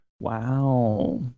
Wow